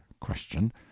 question